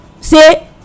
Say